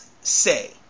say